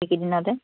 এইকেইদিনতে